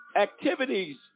Activities